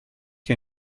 que